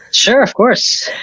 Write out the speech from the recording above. sure, of course!